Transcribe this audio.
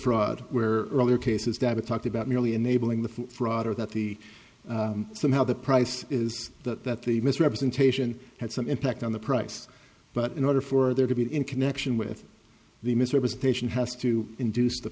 fraud where there are cases that are talked about merely enabling the fraud or that the somehow the price is that that the misrepresentation had some impact on the price but in order for there to be in connection with the misrepresentation has to induce the